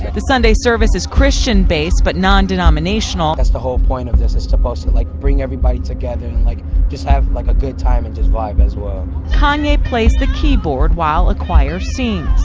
the sunday service is christian based but nondenominational. that's the whole point of this is supposed to like bring everybody together and like just have like a good time and just vibe as well. kanye plays the keyboard while a choir sings.